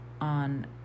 on